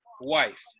wife